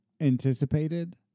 anticipated –